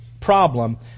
problem